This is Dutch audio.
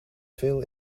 veel